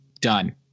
done